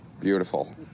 Beautiful